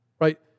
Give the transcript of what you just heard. Right